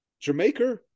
Jamaica